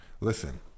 Listen